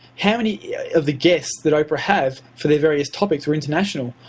how many of the guests that oprah have for the various topics were international?